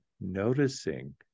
noticing